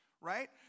right